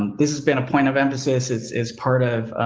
um this has been a point of emphasis is is part of,